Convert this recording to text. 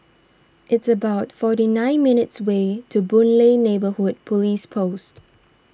it's about forty nine minutes' way to Boon Lay Neighbourhood Police Post